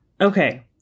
Okay